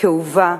כאובה,